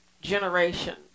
generation